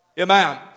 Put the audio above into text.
Amen